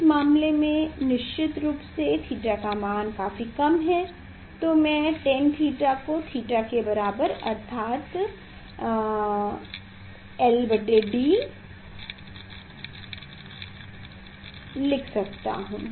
इस मामले में निश्चित रूप से थीटा का मान काफी कम है तो मैं tan थीटा को थीटा के बराबर अर्थात lD लिख सकता हूँ